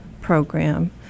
program